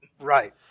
Right